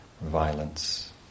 violence